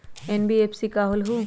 NBFC का होलहु?